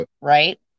Right